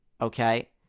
okay